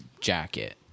jacket